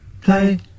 play